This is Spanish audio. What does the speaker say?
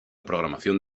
programación